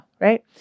right